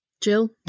Jill